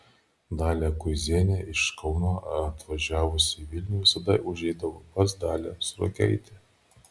dalia kuizinienė iš kauno atvažiavusi į vilnių visada užeidavo pas dalią sruogaitę